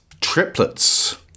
Triplets